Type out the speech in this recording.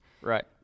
Right